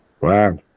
Wow